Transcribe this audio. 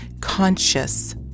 Conscious